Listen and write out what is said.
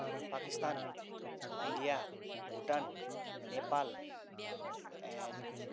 Pakistan India Bhutan Nepal and